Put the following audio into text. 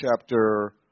chapter